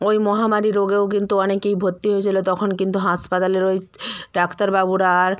ওই মহামারী রোগেও কিন্তু অনেকেই ভর্তি হয়েছিলো তখন কিন্তু হাসপাতালের ওই ডাক্তারবাবুরা আর